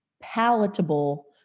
palatable